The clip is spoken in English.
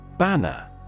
Banner